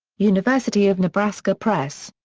university of nebraska press.